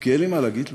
כי אין לי מה להגיד לו.